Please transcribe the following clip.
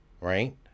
right